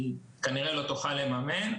שכנראה היא לא תוכל לממן,